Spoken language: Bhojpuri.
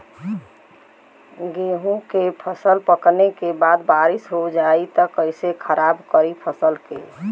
गेहूँ के फसल पकने के बाद बारिश हो जाई त कइसे खराब करी फसल के?